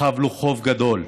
חב לו חוב גדול.